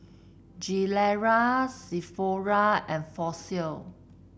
Gilera Sephora and Fossil